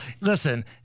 listen